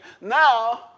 now